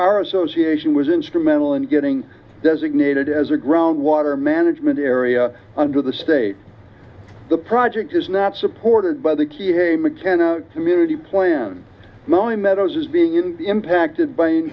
our association was instrumental in getting designated as a ground water management area under the state the project is not supported by the key hey mckenna community plan not only meadows is being in the impacted by